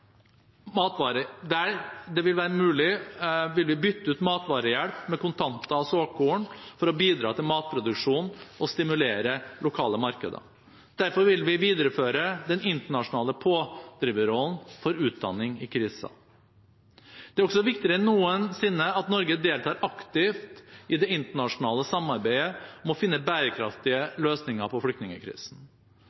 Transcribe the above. vi, der det er mulig, bytte ut matvarehjelp med kontanter og såkorn, for å bidra til matproduksjon og stimulere lokale markeder. Derfor vil vi videreføre den internasjonale pådriverrollen for utdanning i kriser. Det er også viktigere enn noensinne at Norge deltar aktivt i det internasjonale samarbeidet om å finne bærekraftige